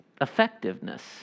effectiveness